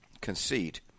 conceit